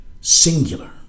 singular